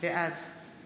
בעד